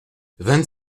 vingt